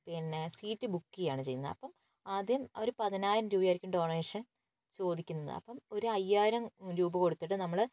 പിന്നെ seat book ചെയ്യാണ് ചെയ്യുന്നത് അപ്പം ആദ്യം അവർ പതിനായിരം രൂപയായിരിക്കും ഡൊണേഷൻ ചോദിക്കുന്നത് അപ്പം ഒരു അയ്യായിരം രൂപ കൊടുത്തിട്ട് നമ്മൾ